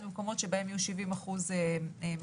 במקומות שבהם יהיו 70% מחוסנים,